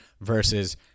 versus